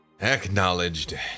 Acknowledged